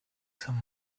some